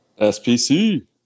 SPC